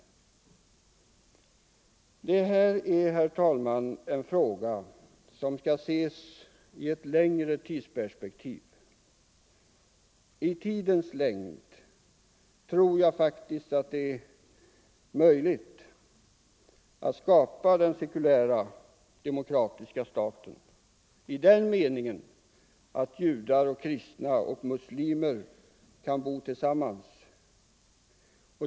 Detta är emellertid en fråga som skall ses i ett längre perspektiv. I tidens längd tror jag faktiskt att det är möjligt att skapa den sekulära demokratiska staten, i den meningen att judar, kristna och muslimer kan bo tillsammans.